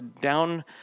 down